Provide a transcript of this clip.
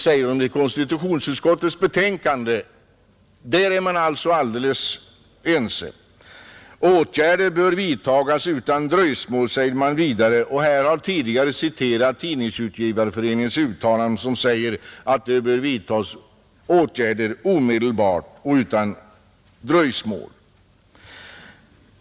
På den punkten är man alltså helt ense. ”Åtgärder bör vidtas utan dröjsmål”, anför reservanterna vidare. Tidigare i debatten har citerats Tidningsutgivareföreningens yttrande, där det sägs att åtgärder bör vidtas omedelbart och utan dröjsmål.